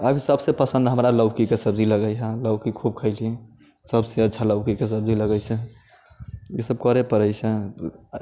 अभी सबसे पसन्द हमरा लौकीके सब्जी लगैये लौकी खूब खइली सबसँ अच्छा लौकीके सब्जी लगै छै ई सब करे पड़ै छै